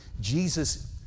Jesus